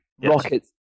Rockets